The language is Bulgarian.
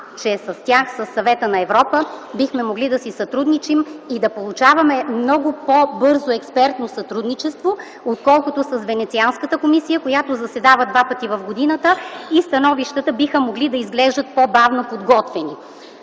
че с тях, със Съвета на Европа, бихме могли да си сътрудничим и да получаваме много по-бързо експертно сътрудничество, отколкото с Венецианската комисия, която заседава два пъти в годината и становищата биха могли да изглеждат по-бавно подготвени.